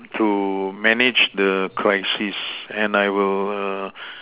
to manage the crisis and I will